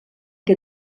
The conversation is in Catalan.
que